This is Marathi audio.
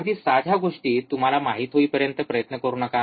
अगदी साध्या गोष्टी तुम्हाला माहीत होईपर्यंत प्रयत्न करू नका